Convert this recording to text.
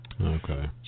Okay